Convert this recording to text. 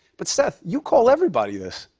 but, seth, you call everybody this.